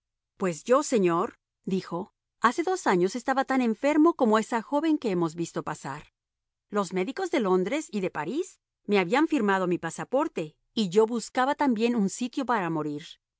pues yo señor dijo hace dos años estaba tan enfermo como esa joven que hemos visto pasar los médicos de londres y de parís me habían firmado mi pasaporte y yo buscaba también un sitio para morir